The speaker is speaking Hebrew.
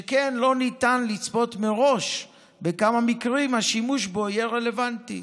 שכן לא ניתן לצפות מראש בכמה מקרים השימוש בו יהיה רלוונטי.